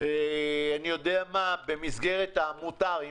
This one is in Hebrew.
במסגרת המותר,